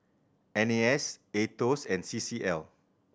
N A S Aetos and C C L